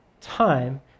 time